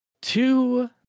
two